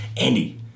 Andy